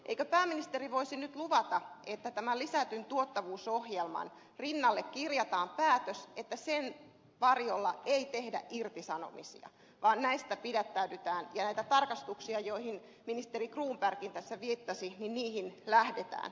eikö pääministeri voisi nyt luvata että tämän lisätyn tuottavuusohjelman rinnalle kirjataan päätös että sen varjolla ei tehdä irtisanomisia vaan näistä pidättäydytään ja niihin tarkastuksiin joihin ministeri cronbergkin tässä viittasi lähdetään